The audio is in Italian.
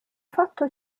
fatto